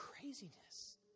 craziness